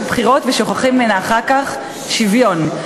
בחירות ושוכחים ממנה אחר כך: שוויון.